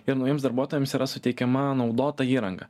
ir naujiems darbuotojams yra suteikiama naudota įranga